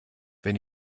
wenn